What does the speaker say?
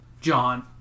john